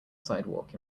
sidewalk